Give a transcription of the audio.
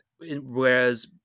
Whereas